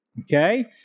Okay